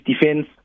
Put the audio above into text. defense